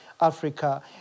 Africa